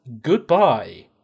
goodbye